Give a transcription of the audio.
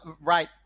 right